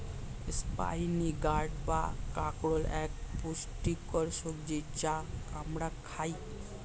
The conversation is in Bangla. স্পাইনি গার্ড বা কাঁকরোল এক পুষ্টিকর সবজি যা আমরা খাই